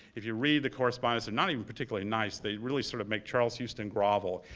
if you read the correspondence, not even particularly nice. they really sort of make charles houston grovel.